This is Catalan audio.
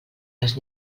les